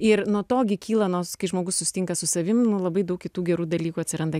ir nuo to gi kyla nors kai žmogus susitinka su savimi labai daug kitų gerų dalykų atsiranda